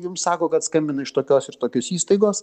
jums sako kad skambina iš tokios ir tokios įstaigos